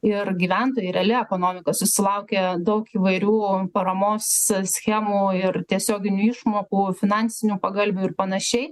ir gyventojai reali ekonomika susilaukė daug įvairių paramos schemų ir tiesioginių išmokų finansinių pagalvių ir panašiai